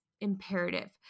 imperative